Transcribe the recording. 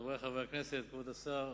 תודה, חברי חברי הכנסת, כבוד השר,